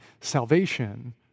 salvation